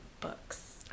books